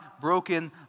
broken